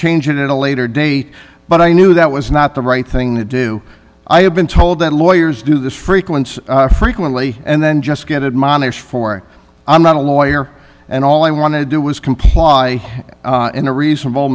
change it at a later date but i knew that was not the right thing to do i have been told that lawyers do this frequency frequently and then just get admonished for i'm not a lawyer and all i wanted to do was comply in a reasonable